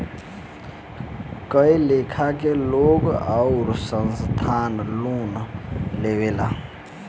कए लेखा के लोग आउर संस्थान लोन लेवेला